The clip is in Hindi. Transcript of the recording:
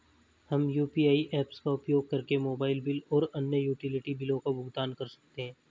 हम यू.पी.आई ऐप्स का उपयोग करके मोबाइल बिल और अन्य यूटिलिटी बिलों का भुगतान कर सकते हैं